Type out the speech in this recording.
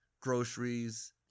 groceries